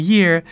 Year